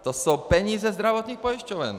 To jsou peníze zdravotních pojišťoven.